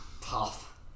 Tough